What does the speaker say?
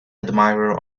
admirer